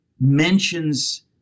mentions